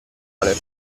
male